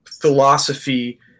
philosophy